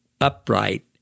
upright